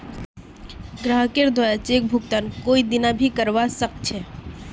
ग्राहकेर द्वारे चेक भुगतानक कोई दीना भी रोकवा सख छ